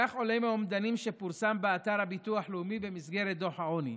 כך עולה מאומדנים שפורסמו באתר הביטוח הלאומי במסגרת דוח העוני.